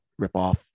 ripoff